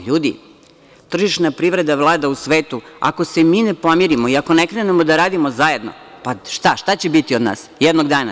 Ljudi, tržišna privreda vlada u svetu, ako se mi ne pomirimo i ako ne krenemo da radimo zajedno, šta, šta će biti od nas jednog dana?